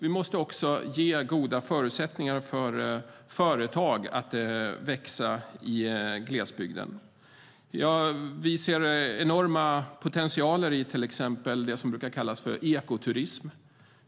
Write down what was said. Vi måste också ge goda förutsättningar för företag att växa i glesbygden. Vi ser en enorm potential till exempel i det som brukar kallas ekoturism.